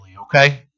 okay